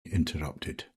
interrupted